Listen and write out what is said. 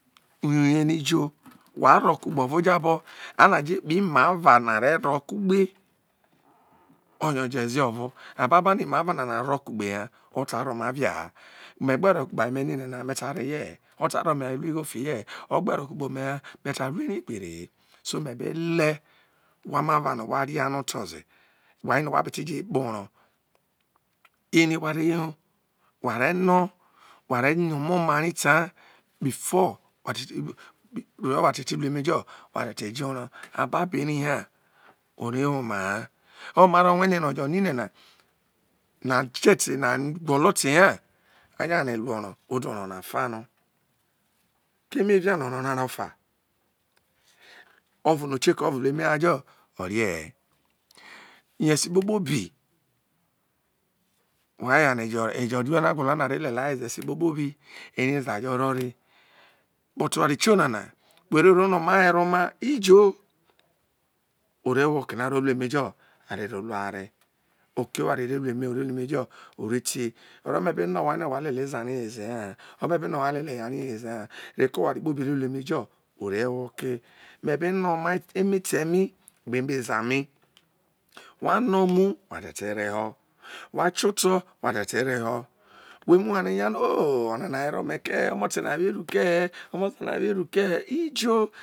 uyo ye no̱ ijo waro oku gbe o̱vo ojabọ a nọ aje ekpe imara arẹ ro wo kugbe oye o̱jẹ ze ovo ababo nọ imara nana aro kugbe ha ota ro mariaha mẹ gbe rowo kugbe aye mẹ nine̱ na ha me ta reyẹ he̱ igho fi yẹhe ogbe ro kugbe ome hia ine ta ru ete gbere he so mẹ be le wha ma ra no̱ wha ria no otọ ze wai no wa be ti je kpo oro̱ eri wa re yo wa rẹ nọ. Before wa te ti ru emejo wa te te jọ orọ ababọ ọye no ma ro wen no o̱jo̱ ninena no ajete nọ a gwolo te ha oro na ofa no keme ria no̱ oro̱ na ro fa? ovo nọ okie ko ovo ru emelia jo orie ine yọ ẹsi kpokpo bi wai eya ha ejo rie nọ egwo̱lo̱ no̱ ave lelia weze esi kpokpobi ere eza jo̱ ero̱ re but oware tionana wo rero no̱ oma were oma ijo ore wo oke no̱ a ro ru emejo̱ a ro ru eware oke oware ore ru ru emejo̱ u re te oro̱no̱ me̱ be le owhai ijo wa lele eza ri weze haha orono me bi le owhai no wa lele eya ri weze haha reko̱ oware kpobi u re wo oke me be ne̱owhai emete̱ ini gbe emeza mi wa no wa te te reho̱ wa joto̱ wa te̱ te reho̱ who mu wane nya no̱ o onana were ome̱ ke̱ he̱ o̱mo̱te̱ na weru ke̱ he̱ o̱mo̱te̱ na weru ke̱he̱ ijo